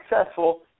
successful